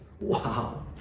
Wow